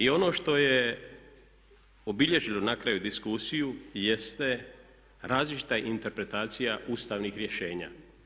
I ono što je obilježilo na kraju diskusiju jeste različita interpretacija ustavnih rješenja.